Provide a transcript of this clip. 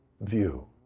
view